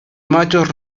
machos